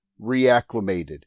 reacclimated